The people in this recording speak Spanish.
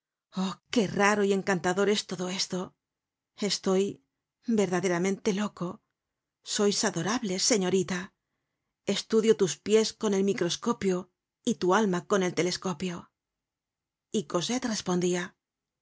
qué raro y encantador es todo esto estoy verdaderamente loco sois adorable señorita estudio tus pies con el microscopio y tu alma con el telescopio y cosette respondia